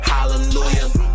Hallelujah